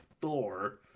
Thor